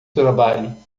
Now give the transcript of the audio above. trabalho